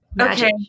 okay